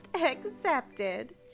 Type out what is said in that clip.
accepted